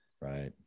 Right